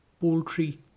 poultry